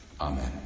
Amen